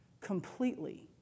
completely